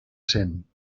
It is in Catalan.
cent